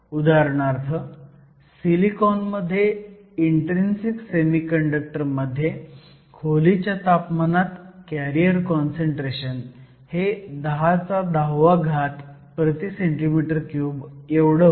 उदाहरणार्थ सिलिकॉन मध्ये intrinsic semiconductor मध्ये खोलीच्या तापमानात कॅरियर काँसंट्रेशन हे 1010 cm 3 एवढं होतं